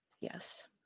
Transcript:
Yes